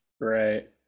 right